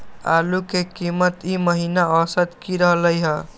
आलू के कीमत ई महिना औसत की रहलई ह?